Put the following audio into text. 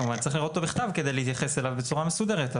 כמובן צריך לראות אותו בכתב כדי להתייחס אליו בצורה מסודרת.